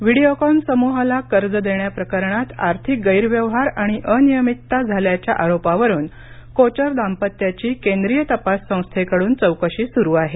Videocon समूहाला कर्ज देण्याप्रकारणात आर्थिक गैरव्यवहार आणि अनियमितता झाल्याच्या आरोपावरून कोचर दाम्पत्याची केंद्रीय तपास संस्थेकड्न चौकशी सुरू आहे